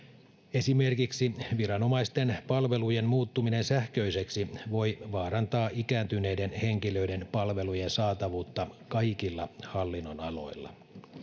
esimerkiksi viranomaisten palvelujen muuttuminen sähköiseksi voi vaarantaa ikääntyneiden henkilöiden palvelujen saatavuutta kaikilla hallinnonaloilla